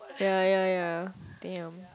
ya ya ya damn